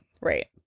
Right